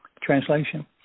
translation